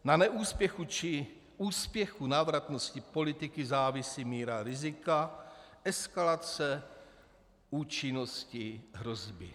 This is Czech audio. Na neúspěchu či úspěchu návratnosti politiky závisí míra rizika, eskalace účinnosti hrozby.